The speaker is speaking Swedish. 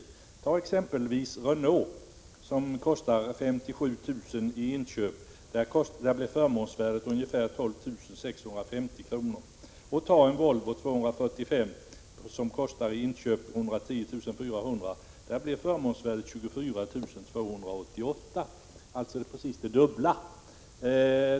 Låt oss ta exempelvis Renault. Den kostar 57 000 kr. i inköp och har ett förmånsvärde på ungefär 12 650 kr. En Volvo 245 kostar i inköp 110 400 kr., och förmånsvärdet för den är 24 288 kr., alltså det dubbla.